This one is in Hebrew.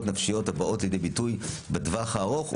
נפשיות הבאות לידי ביטוי בטווח הארוך,